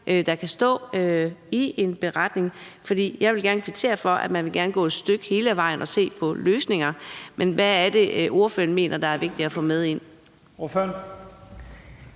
der kan stå i en beretning? Jeg vil gerne kvittere for, at man gerne vil gå et stykke ad vejen og se på løsninger, men hvad er det, ordføreren mener er vigtigt at få med ind?